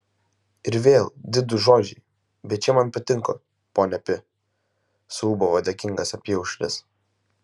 ir vėl didūs žodžiai bet šie man patiko ponia pi suūbavo dėkingas apyaušris